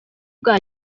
bwa